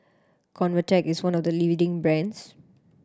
convatec is one of the leading brands